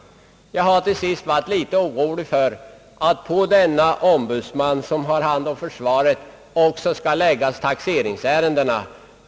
Till sist vill jag säga att jag varit litet orolig för att på den ombudsman som har hand om försvaret också skall läg gas taxeringsärenden.